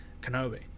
Kenobi